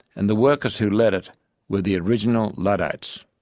and the workers who led it were the original luddites.